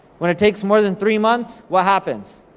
when it takes more than three months, what happens?